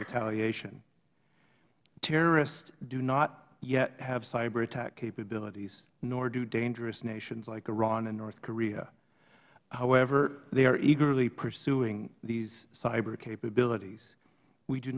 retaliation terrorists do not yet have cyber attack capabilities nor do dangerous nations like iran and north korea however they are eagerly pursuing these cyber capabilities we do